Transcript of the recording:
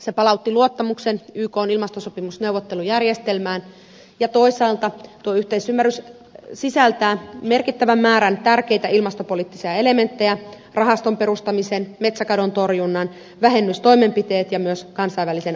se palautti luottamuksen ykn ilmastosopimusneuvottelujärjestelmään ja toisaalta tuo yhteisymmärrys sisältää merkittävän määrän tärkeitä ilmastopoliittisia elementtejä rahaston perustamisen metsäkadon torjunnan vähennystoimenpiteet ja myös kansainvälisen arvioinnin